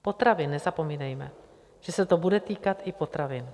Potravin, nezapomínejme, že se to bude týkat i potravin.